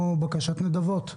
בקשת נדבות,